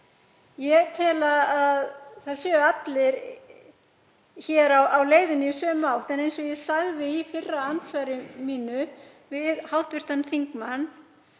Ég tel að það séu allir hér á leið í sömu átt. En eins og ég sagði í fyrra andsvari mínu við hv. þingmann